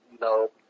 No